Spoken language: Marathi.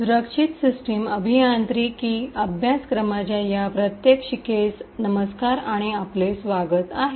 सुरक्षित सिस्टम अभियांत्रिकी अभ्यासक्रमाच्या या प्रात्यक्षिकेस नमस्कार आणि आपले स्वागत आहे